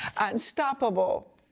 unstoppable